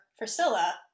priscilla